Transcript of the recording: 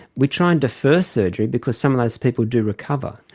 we try and defer surgery because some of those people do recover.